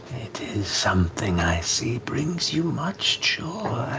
it is something i see brings you much joy.